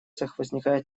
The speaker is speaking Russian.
возникает